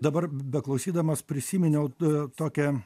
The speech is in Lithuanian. dabar beklausydamas prisiminiau tu tokia